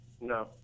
No